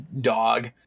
dog